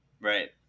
Right